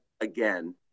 again